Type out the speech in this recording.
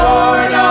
Lord